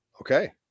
Okay